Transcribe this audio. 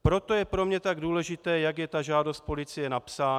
Proto je pro mě tak důležité, jak je ta žádost policie napsána.